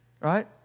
Right